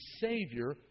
Savior